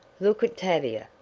look at tavia,